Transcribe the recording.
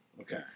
Okay